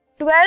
12